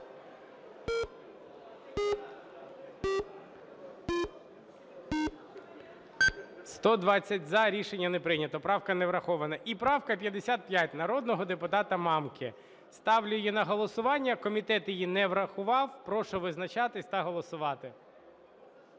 За-121 Рішення не прийнято. Правка не врахована. І правка 55 народного депутата Мамки. Ставлю її на голосування. Комітет її не врахував. Прошу визначатись та голосувати.